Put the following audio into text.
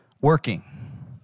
working